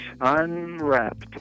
Unwrapped